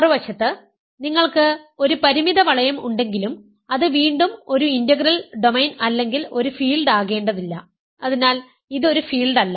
മറുവശത്ത് നിങ്ങൾക്ക് ഒരു പരിമിത വളയം ഉണ്ടെങ്കിലും അത് വീണ്ടും ഒരു ഇന്റഗ്രൽ ഡൊമെയ്ൻ അല്ലെങ്കിൽ ഒരു ഫീൽഡ് ആകേണ്ടതില്ല അതിനാൽ ഇത് ഒരു ഫീൽഡ് അല്ല